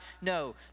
No